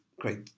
Great